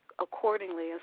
accordingly